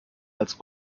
als